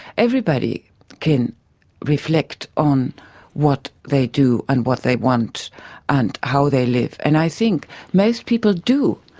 everybody can reflect on what they do and what they want and how they live. and i think most people do.